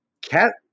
Cat